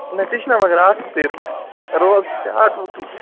نہ ژےٚ چھُنا مگر آٹوکٕے رول رول چھُ ژےٚ آٹوُکٕی